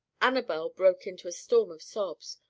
annabel broke into a storm of sobs.